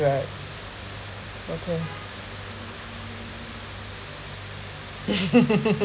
right okay